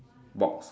box